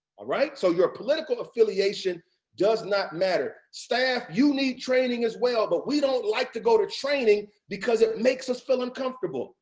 ah so your political affiliation does not matter. staff, you need training as well. but we don't like to go to training because it makes us feel uncomfortable.